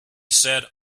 sat